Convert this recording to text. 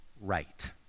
right